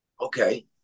Okay